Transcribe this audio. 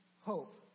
hope